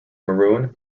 maroon